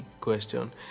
question